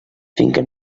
finca